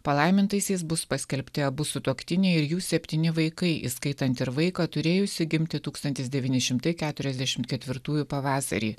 palaimintaisiais bus paskelbti abu sutuoktiniai ir jų septyni vaikai įskaitant ir vaiką turėjusį gimti tūkstantis devyni šimtai keturiasdešimt ketvirtųjų pavasarį